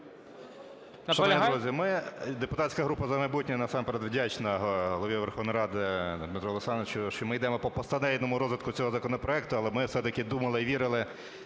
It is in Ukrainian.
депутатська група "За майбутнє", насамперед вдячна Голові Верховної Ради Дмитру Олександровичу, що ми йдемо по постатейному розгляду цього законопроекту. Але ми все-таки думали і вірили,